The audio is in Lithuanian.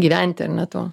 gyventi ar ne tuo